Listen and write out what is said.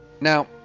Now